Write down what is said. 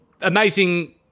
amazing